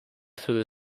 through